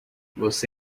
você